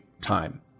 time